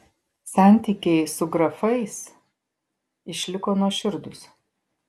santykiai su grafais išliko nuoširdūs